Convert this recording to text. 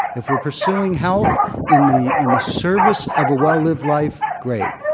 if we're pursuing health in the in the service of a well lived life, great.